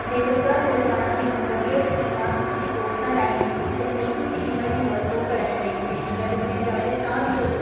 ਬੇਰੁਜ਼ਗਾਰ ਨੌਜਵਾਨਾਂ ਨੂੰ ਵਧੀਆ ਸਕੀਮਾਂ ਅਤੇ ਕੋਰਸਾਂ ਰਾਹੀਂ ਤਕਨੀਕੀ ਮਸ਼ੀਨਾਂ ਦੀ ਵਰਤੋਂ ਕਰਨ ਲਈ ਟ੍ਰੇਨਿੰਗਾਂ ਦਿੱਤੀਆਂ ਜਾਵੇ ਤਾਂ ਜੋ